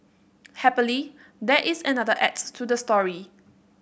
happily there is another acts to the story